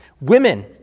Women